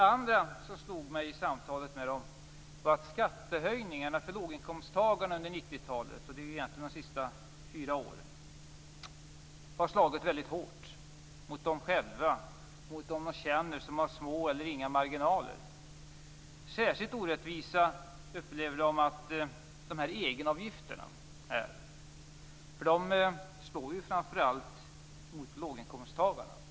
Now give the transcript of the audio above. För det andra har skattehöjningarna för låginkomsttagarna under de fyra senaste åren under 90 talet slagit väldigt hårt mot dem själva och mot dem de känner som har små eller inga marginaler. Särskilt orättvisa upplever de att egenavgifterna är, för de slår ju framför allt mot låginkomsttagarna.